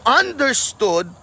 understood